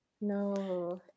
No